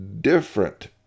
different